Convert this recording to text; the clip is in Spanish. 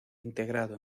integrado